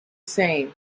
same